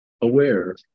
aware